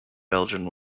belgian